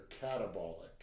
catabolic